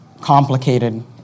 complicated